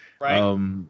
Right